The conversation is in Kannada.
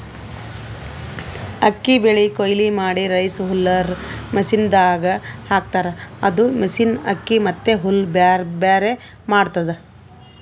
ಅಕ್ಕಿ ಬೆಳಿ ಕೊಯ್ಲಿ ಮಾಡಿ ರೈಸ್ ಹುಲ್ಲರ್ ಮಷಿನದಾಗ್ ಹಾಕ್ತಾರ್ ಇದು ಮಷಿನ್ ಅಕ್ಕಿ ಮತ್ತ್ ಹುಲ್ಲ್ ಬ್ಯಾರ್ಬ್ಯಾರೆ ಮಾಡ್ತದ್